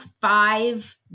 five